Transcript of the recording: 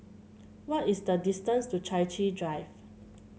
what is the distance to Chai Chee Drive